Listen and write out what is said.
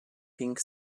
pink